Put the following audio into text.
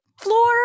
floor